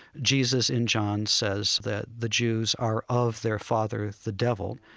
jesus in john says that the jews are of their father, the devil.